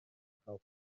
chael